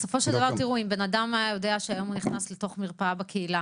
בסופו של דבר אם בן אדם היה יודע שהיום הוא נכנס לתוך מרפאה בקהילה